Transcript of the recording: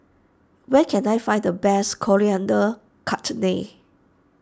where can I find the best Coriander Chutney